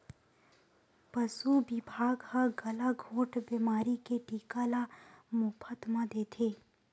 पसु बिभाग ह गलाघोंट बेमारी के टीका ल मोफत म देथे